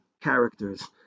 characters